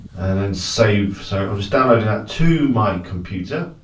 and then save, so it's downloading that to my computer.